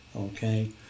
Okay